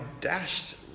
dashed